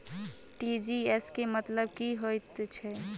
TGS केँ मतलब की हएत छै?